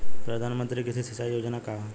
प्रधानमंत्री कृषि सिंचाई योजना का ह?